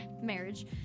marriage